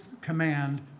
command